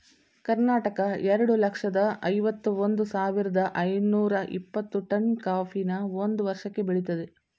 ಕರ್ನಾಟಕ ಎರಡ್ ಲಕ್ಷ್ದ ಐವತ್ ಒಂದ್ ಸಾವಿರ್ದ ಐನೂರ ಇಪ್ಪತ್ತು ಟನ್ ಕಾಫಿನ ಒಂದ್ ವರ್ಷಕ್ಕೆ ಬೆಳಿತದೆ